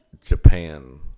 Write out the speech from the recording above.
Japan